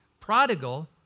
Prodigal